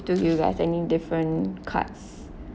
to you leh I mean different cards